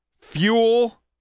Fuel